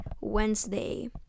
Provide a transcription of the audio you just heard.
Wednesday